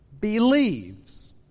believes